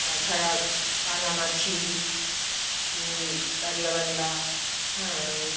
তাছাড়া কানামাছি দাড়িয়াবান্ধা হ্যাঁ